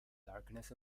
darkness